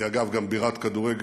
היא אגב גם בירת כדורגל,